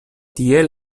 tiel